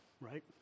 right